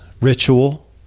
ritual